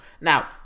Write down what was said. now